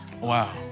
Wow